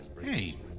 Hey